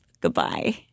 Goodbye